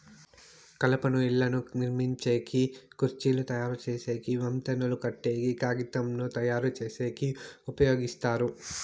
కలపను ఇళ్ళను నిర్మించేకి, కుర్చీలు తయరు చేసేకి, వంతెనలు కట్టేకి, కాగితంను తయారుచేసేకి ఉపయోగిస్తారు